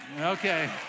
Okay